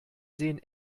sehen